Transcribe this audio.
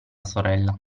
sorella